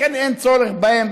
לכן, אין צורך בהם,